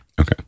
Okay